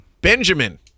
Benjamin